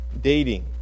Dating